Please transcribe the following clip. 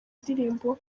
ndirimbo